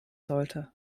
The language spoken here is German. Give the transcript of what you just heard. sollte